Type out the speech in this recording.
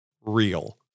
real